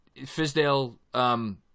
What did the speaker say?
Fisdale